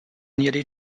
nearly